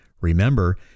Remember